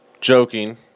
joking